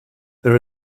there